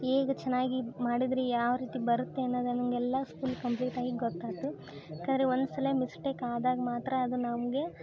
ಹೇಗ್ ಚೆನ್ನಾಗಿ ಮಾಡಿದರೆ ಯಾವ ರೀತಿ ಬರುತ್ತೆ ಅನ್ನದಂಗೆ ಎಲ್ಲ ಫುಲ್ ಕಂಪ್ಲೀಟಾಗಿ ಗೊತ್ತಾಯ್ತು ಯಾಕಂದರೆ ಒಂದು ಸಲ ಮಿಸ್ಟೇಕ್ ಆದಾಗ ಮಾತ್ರ ಅದು ನಮಗೆ